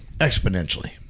exponentially